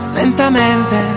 lentamente